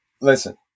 listen